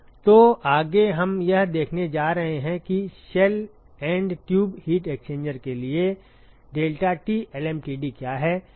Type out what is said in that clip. तो आगे हम यह देखने जा रहे हैं कि shell and tube heat exchanger के लिए deltaT lmtd क्या है